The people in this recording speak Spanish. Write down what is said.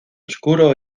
oscuro